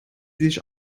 sich